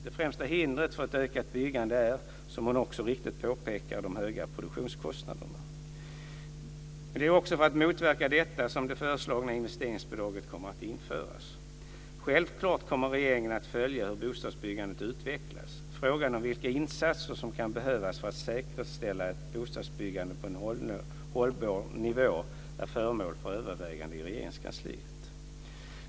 Det främsta hindret för ett ökat byggande är, som hon så riktigt påpekar, de höga produktionskostnaderna. Det är också för att motverka detta som det föreslagna investeringsbidraget kommer att införas. Självklart kommer regeringen att följa hur bostadsbyggandet utvecklas. Frågan om vilka insatser som kan behövas för att säkerställa ett bostadsbyggande på en hållbar nivå är föremål för överväganden i Regeringskansliet.